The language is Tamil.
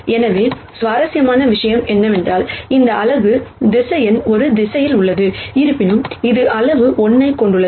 எனவே சுவாரஸ்யமான விஷயம் என்னவென்றால் இந்த யூனிட் வெக்டர் ஒரு திசையில் உள்ளது இருப்பினும் இது அளவு 1 ஐக் கொண்டுள்ளது